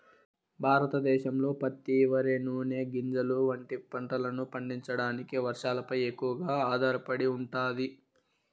భారతదేశంలో పత్తి, వరి, నూనె గింజలు వంటి పంటలను పండించడానికి వర్షాలపై ఎక్కువగా ఆధారపడి ఉంటాది